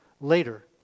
later